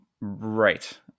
Right